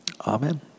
amen